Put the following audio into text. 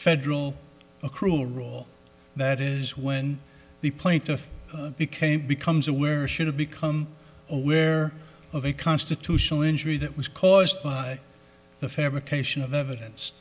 federal accrual rule that is when the plaintiff became becomes aware or should have become aware of a constitutional injury that was caused by the fabrication of evidence